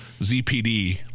ZPD